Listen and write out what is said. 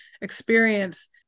experience